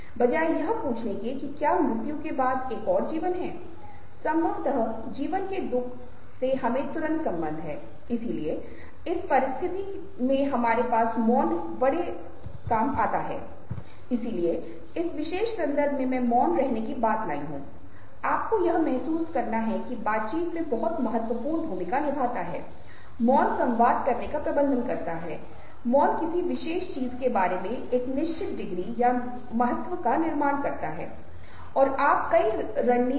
अब मजेदार बात यह है कि हम सारा जीवन अन्य लोगों के चेहरों को देखते हैं और इसलिए यह माना जाता है कि जब हम किसी और चेहरे को देख रहे होते हैं तो हमें यह जानने में सक्षम होना चाहिए कि यह व्यक्ति किस हद तक इस भावना को प्रदर्शित कर रहा है कि क्या वे वास्तविक भावनाएं हैं या वे झूठी भावनाएं हैं